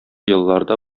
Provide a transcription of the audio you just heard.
елларда